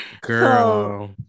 girl